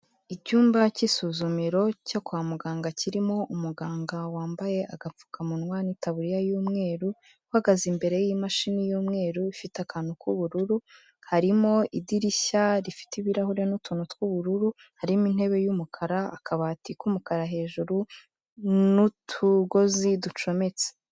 Icyumba cy'isuzumiro cyo kwa muganga kirimo umuganga wambaye agapfukamunwa n'itaburiya y'umweru, uhagaze imbere y'imashini y'umweru ifite akantu k'ubururu, harimo idirishya rifite ibirahure n'utuntu tw'ubururu, harimo intebe y'umukara, akabati k'umukara hejuru n'utugozi ducometse.